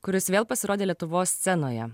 kuris vėl pasirodė lietuvos scenoje